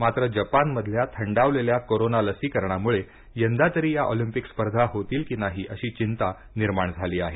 मात्र जपान मधल्या थंडावलेल्या कोरोंना लसीकरणामुळे यंदा तरी या ऑलिंपिक स्पर्धा होतील की नाही अशी चिंता निर्माण झाली आहे